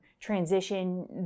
transition